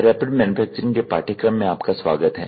rapid manufacturing के पाठ्यक्रम में आपका स्वागत है